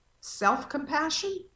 self-compassion